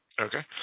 Okay